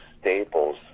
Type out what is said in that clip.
staples